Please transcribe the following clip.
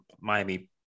Miami